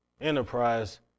enterprise